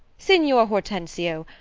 signior hortensio,